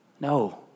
no